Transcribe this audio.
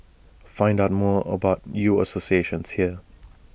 find out more about U associates here